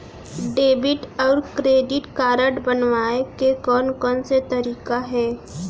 Debit अऊ credit card बनवाए के कोन कोन से तरीका हे?